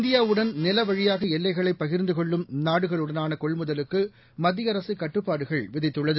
இந்தியாவுடன் நில வழியாக எல்லைகளை பகிர்ந்து கொள்ளும் நாடுகளுடனான கொள்முதலுக்கு மத்திய அரசு கட்டுப்பாடுகள் விதித்துள்ளது